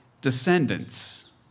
descendants